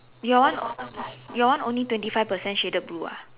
your one your one only twenty five percent shaded blue ah